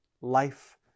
life